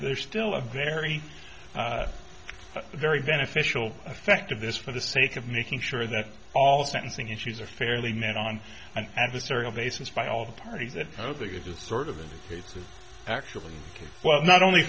there's still a very very beneficial effect of this for the sake of making sure that all sentencing issues are fairly met on an adversarial basis by all the parties that the good sort of cases actually well not only